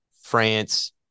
France